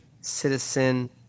citizen